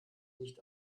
nicht